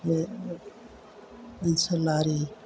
बे ओनसोलारि